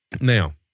Now